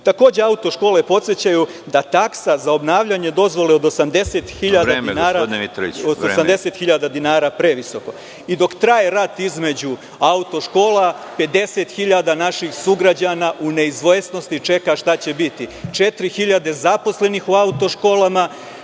priznao. Takođe, auto škola podsećaju da taksa za obnavljanje dozvole od 80.000,00 dinara previsoka i dok traje rat između auto škola, 50.000 naših sugrađana u neizvesnosti čeka šta će biti. Četiri hiljade zaposlenih u auto školama